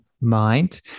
mind